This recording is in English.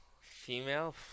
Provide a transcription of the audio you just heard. female